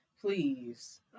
Please